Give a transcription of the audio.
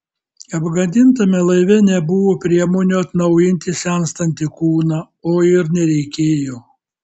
apgadintame laive nebuvo priemonių atjauninti senstantį kūną o ir nereikėjo